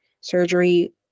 surgery